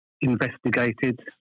investigated